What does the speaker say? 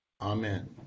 Amen